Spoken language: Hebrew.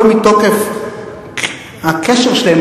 לא מתוקף הקשר שלהם,